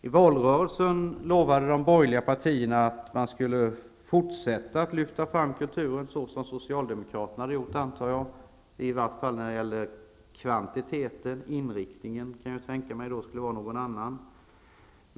I valrörelsen lovade de borgerliga partierna att man skulle fortsätta att lyfta fram kulturen, såsom socialdemokraterna hade gjort, i varje fall när det gäller kvantiteten -- inriktningen kan kan jag tänka mig skulle vara en annan.